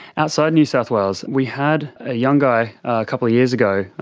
outside new south wales? we had a young guy a couple of years ago,